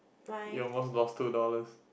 you almost lost two dollars